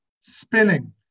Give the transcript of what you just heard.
spinning